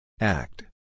Act